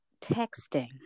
texting